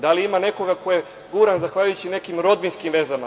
Da li ima nekoga ko je guran zahvaljujući nekim rodbinskim vezama?